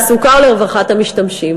לתעסוקה ולרווחת המשתמשים.